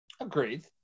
Agreed